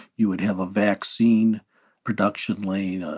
you would have a vaccine production lane,